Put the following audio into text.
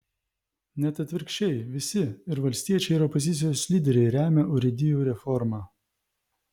net atvirkščiai visi ir valstiečiai ir opozicijos lyderiai remia urėdijų reformą